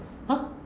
!huh!